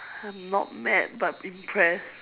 I'm not mad but impressed